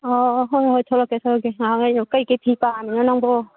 ꯑꯣꯑꯣ ꯍꯣꯏ ꯍꯣꯏ ꯊꯣꯂꯛꯀꯦ ꯊꯣꯂꯛꯀꯦ ꯉꯍꯥꯛ ꯉꯥꯏꯔꯝꯃꯣ ꯀꯩꯀꯩ ꯐꯤ ꯄꯥꯝꯃꯤꯅꯣ ꯅꯪꯕꯣ